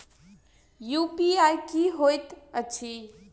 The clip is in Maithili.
यु.पी.आई की होइत अछि